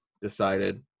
decided